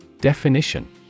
DEFINITION